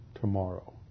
tomorrow